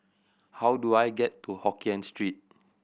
how do I get to Hokkien Street